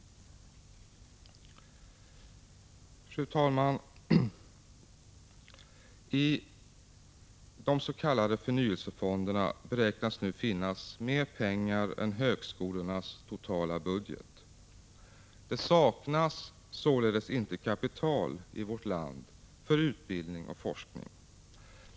Fru talman! Man beräknar att det i des.k. förnyelsefonderna nu finns mer pengar än i högskolornas totala budget. Det saknas således inte kapital i vårt land för utbildning och forskning.